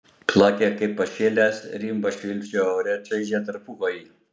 plakė kaip pašėlęs rimbas švilpčiojo ore čaižė tarpukojį